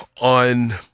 on